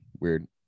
weird